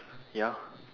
ya